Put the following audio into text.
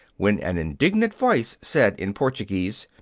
when an indignant voice said, in portuguese,